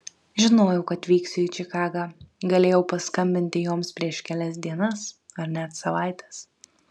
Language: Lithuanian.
žinojau kad vyksiu į čikagą galėjau paskambinti joms prieš kelias dienas ar net savaites